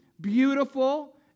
beautiful